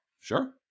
sure